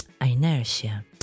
inertia